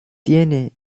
tiene